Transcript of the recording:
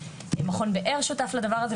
מכון באר שותף לדבר הזה,